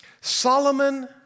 Solomon